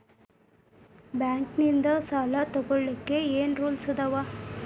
Bank ನಿಂದ್ ಸಾಲ ತೊಗೋಳಕ್ಕೆ ಏನ್ ರೂಲ್ಸ್ ಅದಾವ?